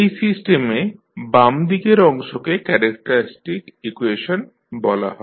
এই সিস্টেমে বাম দিকের অংশকে ক্যারেক্টারিস্টিক ইকুয়েশন বলা হয়